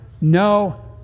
no